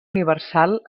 universal